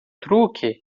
truque